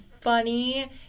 funny